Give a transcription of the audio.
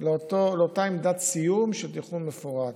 לאותה עמדת סיום של תכנון מפורט.